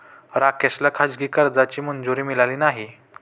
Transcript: राकेशला खाजगी कर्जाची मंजुरी मिळाली नाही